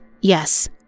yes